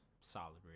Solid